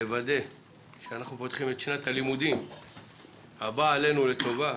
לוודא שאנחנו פותחים את שנת הלימודים הבאה עלינו לטובה,